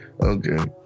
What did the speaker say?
Okay